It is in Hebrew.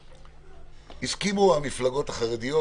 הסכימו המפלגות החרדיות